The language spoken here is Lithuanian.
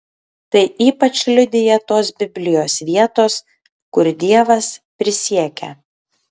tai ypač liudija tos biblijos vietos kur dievas prisiekia